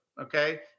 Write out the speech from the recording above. Okay